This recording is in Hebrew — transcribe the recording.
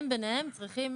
הם ביניהם צריכים